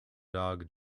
dog